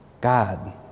God